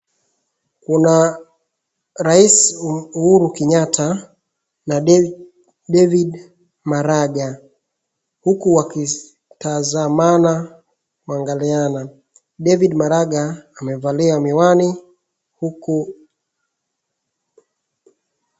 Kuna rais Uhuru Kenyatta, na David Maraga huku wakitazamana kuangaliana. David Maraga amevalia miwani huku...